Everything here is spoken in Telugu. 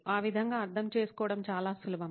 ఆ విధంగా అర్థం చేసుకోవడం చాలా సులభం